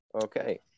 Okay